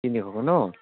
তিনিশকৈ ন